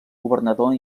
governador